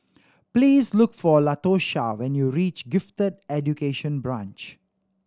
please look for Latosha when you reach Gifted Education Branch